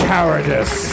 Cowardice